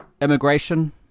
immigration